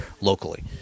locally